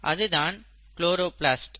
அதுதான் குளோரோபிளாஸ்ட்